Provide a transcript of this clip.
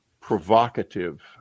provocative